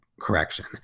Correction